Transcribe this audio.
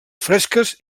fresques